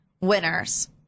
Winners